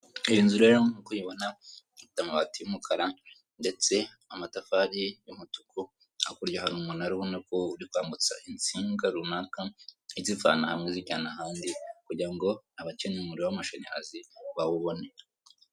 Iyi nzu rero nk'uko iyibona ifite amabati y'umukara ndetse amatafari y'umutuku, hakurya hari umunara ubona ko uri kwambutsa insinga runaka izivana hamwe izijyana ahandi kugira ngo abakeneye umuriro w'amashanyarazi bawubone.